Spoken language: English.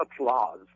applause